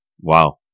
Wow